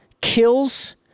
kills